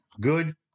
good